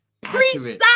precise